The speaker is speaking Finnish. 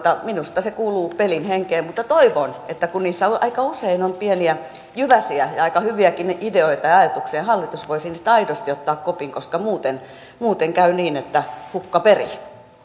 minusta se kuuluu pelin henkeen mutta toivon että kun niissä aika usein on pieniä jyväsiä ja aika hyviäkin ideoita ja ajatuksia hallitus voisi niistä aidosti ottaa kopin koska muuten muuten käy niin että hukka perii